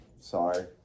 Sorry